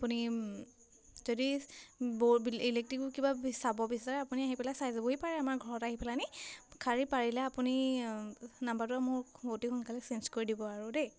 আপুনি যদি বিল ইলেক্ট্ৰিকৰ কিবা চাব বিচাৰে আপুনি আহি পেলাই চাই যাবই পাৰে আমাৰ ঘৰত আহি পেলাহেনি খালী পাৰিলে আপুনি নাম্বাৰটো মোক অতি সোনকালে চেঞ্জ কৰি দিব আৰু দেই